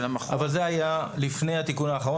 היה לפני התיקון האחרון.